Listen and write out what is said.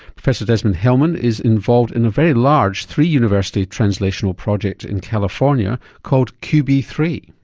professor desmond hellmann is involved in a very large three university translational project in california called q b three.